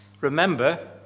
Remember